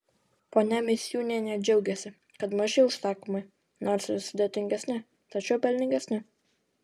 ponia misiūnienė džiaugiasi kad maži užsakymai nors ir sudėtingesni tačiau pelningesni